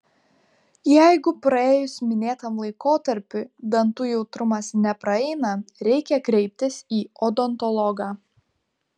jeigu praėjus minėtam laikotarpiui dantų jautrumas nepraeina reikia kreiptis į odontologą